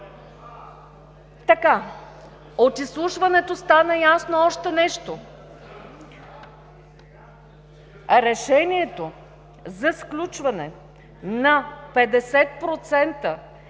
трябва. От изслушването стана ясно още нещо: решението за сключване на 50%